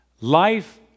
Life